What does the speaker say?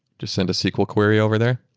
just send a sql query over there,